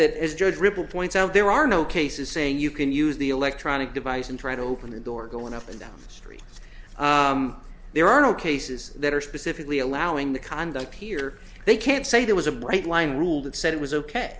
that as judge ripple points out there are no cases saying you can use the electronic device and try to open the door going up and down the street there are no cases that are specifically allowing the conduct here they can't say there was a bright line rule that said it was ok